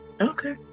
Okay